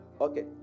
Okay